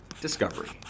Discovery